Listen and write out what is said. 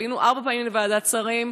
עלינו ארבע פעמים לוועדת שרים.